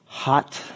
hot